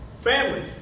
Family